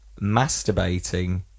masturbating